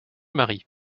marie